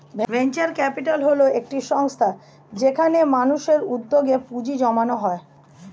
venture capital হল একটি সংস্থা যেখানে মানুষের উদ্যোগে পুঁজি জমানো হয়